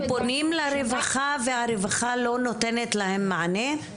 הם פונים לרווחה והרווחה לא נותנת להם מענה?